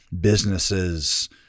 businesses